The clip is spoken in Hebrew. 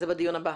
זה בדיון הבא.